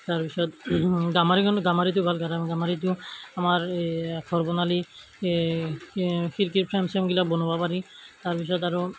তাৰপিছত গামাৰিখন গামাৰিটো ভাল গামাৰিটো আমাৰ এই ঘৰ বনালে খিৰিকীৰ ফ্ৰেম চেমবিলাক বনাব পাৰি তাৰপিছত আৰু